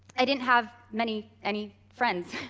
i didn't have many, any, friends